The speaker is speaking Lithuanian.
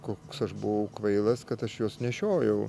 koks aš buvau kvailas kad aš juos nešiojau